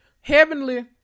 heavenly